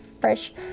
fresh